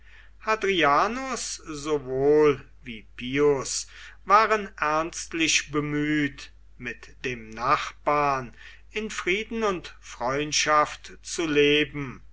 hadrianus sowohl wie pius waren ernstlich bemüht mit dem nachbarn in frieden und freundschaft zu leben